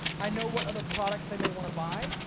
i know what other products they may want to buy.